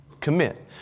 Commit